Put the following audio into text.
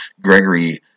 Gregory